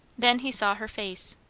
then he saw her face.